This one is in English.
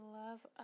love